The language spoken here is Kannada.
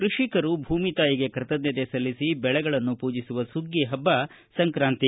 ಕೃಷಿಕರು ಭೂಮಿ ತಾಯಿಗೆ ಕೃತಜ್ಞತೆ ಸಲ್ಲಿಸಿ ಬೆಳೆಗಳನ್ನು ಪೂಜಿಸುವ ಸುಗ್ಗಿ ಹಬ್ಬ ಸಂಕಾಂತಿ